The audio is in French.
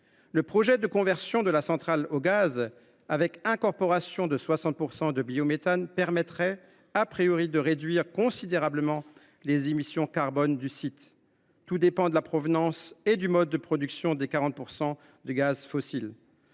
Le projet de conversion en une centrale au gaz avec incorporation de 60 % de biométhane permettrait,, de réduire considérablement les émissions carbone du site. Tout dépendra de la provenance et du mode de production des 40 % restants,